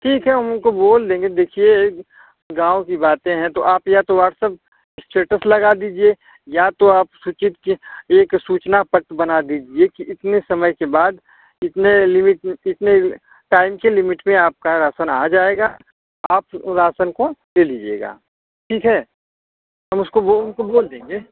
ठीक है हम उनको बोल देंगे देखिए गाँव की बाते हैं तो आप या तो व्हाट्सएप इस्टेटस लगा दीजिए या तो आप सूचित के एक सूचना पट्ट बना दीजिए कि इतने समय के बाद इतने लिमिट में इतने टाइम की लिमिट में आपका राशन आ जाएगा आप वो राशन को ले लीजिएगा ठीक है हम उसको बो उनको बोल देंगे